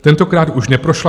Tentokrát už neprošla